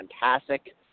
fantastic